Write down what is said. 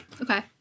okay